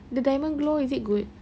the diamond glow is it good